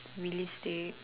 realistic